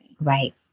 right